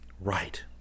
Right